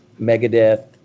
Megadeth